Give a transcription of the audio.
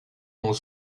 ont